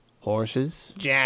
horses